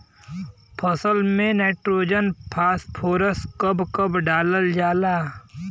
फसल में nitrogen phosphorus कब कब डालल जाला?